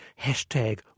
hashtag